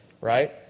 right